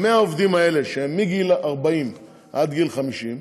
100 העובדים האלה, שהם מגיל 40 עד גיל 50,